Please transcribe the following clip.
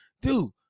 dude